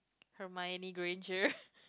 Hermione-Granger